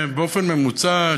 בממוצע,